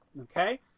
Okay